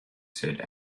said